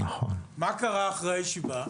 מה קרה אחרי הישיבה?